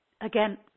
again